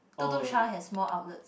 Tuk Tuk Cha has more outlets